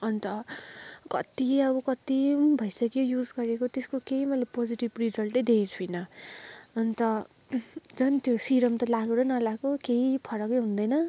अन्त कति अब कति भइसक्यो युज गरेको त्यसको केही मैले पोजेटिभ रिजल्टै देखेको छुइनँ अन्त झन त्यो सिरम त लिएको र नलिएको केही फरकै हुँदैन